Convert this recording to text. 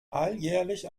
alljährlich